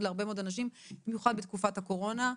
להרבה מאוד אנשים במיוחד בתקופת הקורונה,